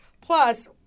Plus